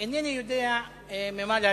אינני יודע ממה להתחיל: